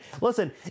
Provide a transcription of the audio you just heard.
Listen